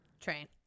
Train